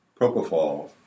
propofol